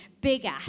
bigger